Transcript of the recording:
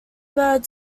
bird